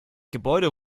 gebäude